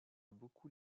beaucoup